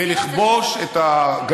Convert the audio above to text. לכיוון ישראל ולכבוש את הגליל.